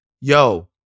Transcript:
yo